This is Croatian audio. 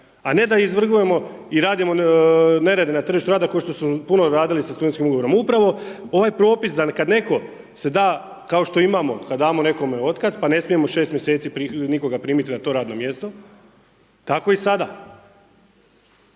a ne da izvrgujemo i radimo na tržištu rada kao što su puno radili sa studentskim ugovorom. Upravo ovaj propis da kada netko se da kao što imamo kada damo nekome otkaz, pa ne smijemo 6 mjeseci nikoga primiti na to radno mjesto, tako i sada.